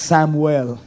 Samuel